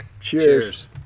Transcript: cheers